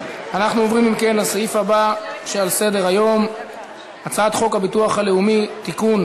הצעת חוק הביטוח הלאומי (תיקון,